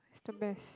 it's the best